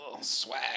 swag